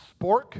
spork